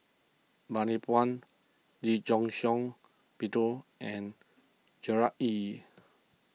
Bani Buang Lee Shiong Peter and Gerard Ee